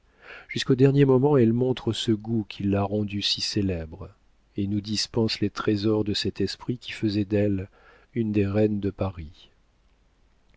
sensibilité jusqu'au dernier moment elle montre ce goût qui l'a rendue si célèbre et nous dispense les trésors de cet esprit qui faisait d'elle une des reines de paris